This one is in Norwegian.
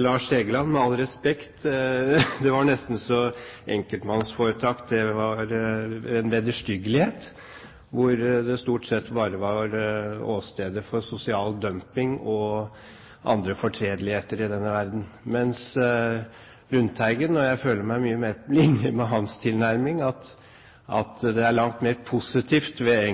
Lars Egeland, med all respekt: Det var nesten slik at enkeltmannsforetak var en vederstyggelighet som stort sett bare var åsted for sosial dumping og andre fortredeligheter i denne verden – mens jeg føler meg mye mer på linje med Lundteigens tilnærming, at det er langt mer positivt enn negativt ved